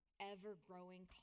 ever-growing